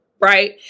right